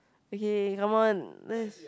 okay come on let's